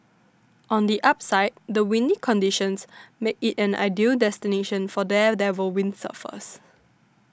on the upside the windy conditions make it an ideal destination for daredevil windsurfers